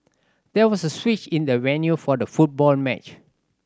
there was a switch in the venue for the football match